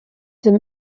them